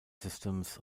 systems